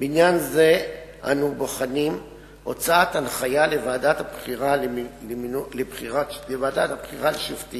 בעניין זה אנו בוחנים הוצאת הנחיה לוועדה לבחירת שופטים,